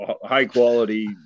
high-quality